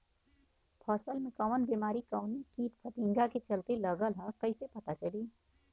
फसल में कवन बेमारी कवने कीट फतिंगा के चलते लगल ह कइसे पता चली?